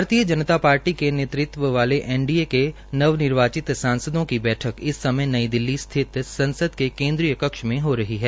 भारतीय जनता पार्टी के नेतृत्व वाले एनडीए के नवनिर्वाचित सांसदों की बैठक नई दिल्ली स्थित संसद के केन्द्रीय कक्ष में हो रही है